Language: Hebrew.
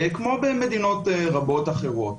כמו במדינות רבות אחרות.